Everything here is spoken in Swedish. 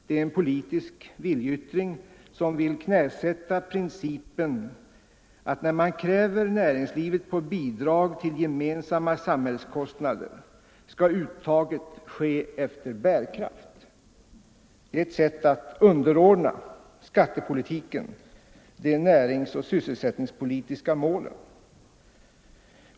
Det är en politisk viljeyttring som vill knäsätta principen att när man kräver näringslivet på bidrag till gemensamma samhällskostnader, så skall uttaget ske efter bärkraft. Det är ett sätt att underordna skattepolitiken de näringsoch sysselsättningspolitiska målen.